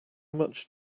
much